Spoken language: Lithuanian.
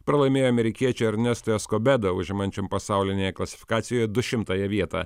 pralaimėjo amerikiečiui ernesto escobedo užimančiam pasaulinėje klasifikacijojedu šimtąją vietą